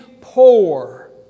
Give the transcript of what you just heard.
poor